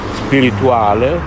spirituale